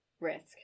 risk